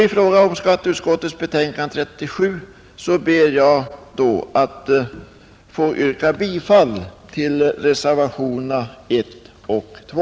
I fråga om skatteutskottets betänkande nr 37 ber jag att få yrka bifall till reservationerna 1 och 2.